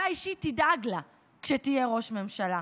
אתה אישית תדאג לה כשתהיה ראש ממשלה.